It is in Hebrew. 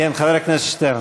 כן, חבר הכנסת שטרן.